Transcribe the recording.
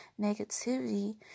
negativity